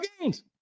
games